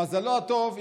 למזלו הטוב,